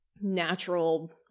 natural